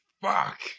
Fuck